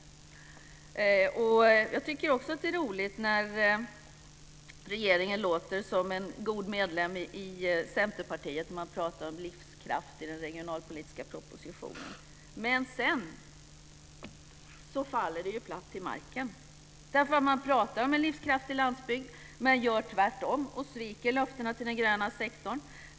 Det är också roligt när regeringen låter som en god medlem i Centerpartiet genom att ta upp livskraft i den regionalpolitiska propositionen. Men sedan faller det platt till marken. Man pratar om en livskraftig landsbygd men gör tvärtom, dvs. sviker löftena till den gröna sektorn.